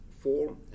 four